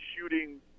shooting